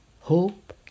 hope